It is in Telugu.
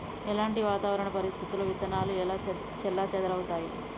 ఎలాంటి వాతావరణ పరిస్థితుల్లో విత్తనాలు చెల్లాచెదరవుతయీ?